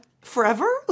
forever